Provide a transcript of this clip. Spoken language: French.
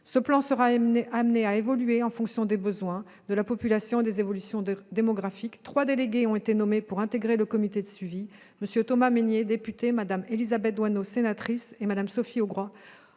Ce plan sera amené à évoluer en fonction des besoins de la population et des évolutions démographiques. Trois délégués ont été nommés pour intégrer le comité de suivi : M. Thomas Mesnier, député, Mme Élisabeth Doineau, sénatrice, et Mme Sophie Augros,